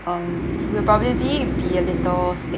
um we'll probably be a little sick